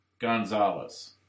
Gonzalez